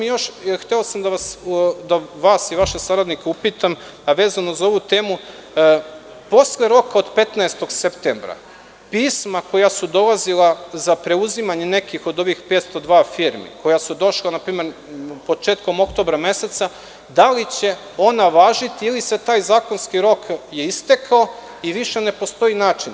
Hteo sam da vas i vaše saradnike upitam, vezano za ovu temu – posle roka od 15. septembra, pisma koja su dolazila za preuzimanje neke od ovih 502 firme, koja su došla otprilike početkom oktobra meseca, da li će ona važiti ili je taj zakonski rok istekao i više ne postoji način?